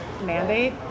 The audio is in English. mandate